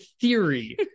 theory